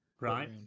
right